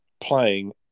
playing